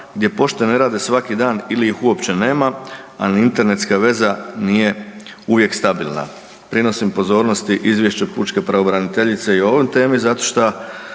gdje pošte ne rade svaki dan ili ih uopće nema, a ni internetska veza nije uvijek stabilna“. Prinosim pozornosti izvješće pučke pravobraniteljice i o ovoj temi zato šta